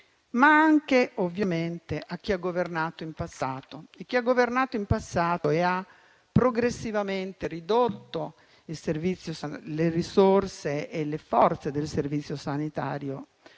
ma anche a chi ha governato in passato e ha progressivamente ridotto le risorse e le forze del Servizio sanitario